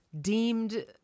deemed